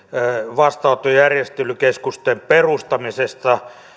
vastaanottojärjestelykeskusten perustamisesta